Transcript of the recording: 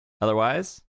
otherwise